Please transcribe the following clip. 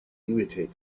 irritated